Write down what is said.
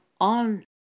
on